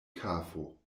kafo